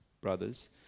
brothers